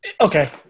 Okay